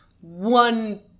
one